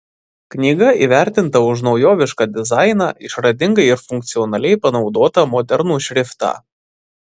knyga įvertinta už naujovišką dizainą išradingai ir funkcionaliai panaudotą modernų šriftą